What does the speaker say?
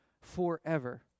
forever